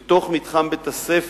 בתוך מתחם בית-הספר,